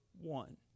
one